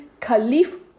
Caliph